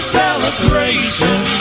celebration